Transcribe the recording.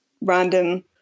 random